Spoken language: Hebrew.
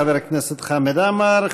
תודה לחבר הכנסת חמד עמאר.